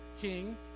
King